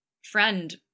friend